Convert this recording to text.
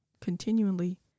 continually